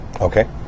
Okay